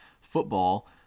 football